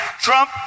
Trump